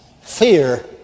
Fear